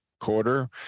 quarter